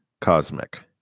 cosmic